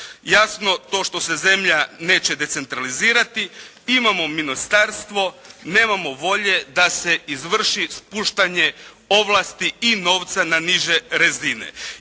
Jasno to što se zemlja neće decentralizirati. Imamo ministarstvo, nemamo volje da se izvrši spuštanje ovlasti i novca na niže razine.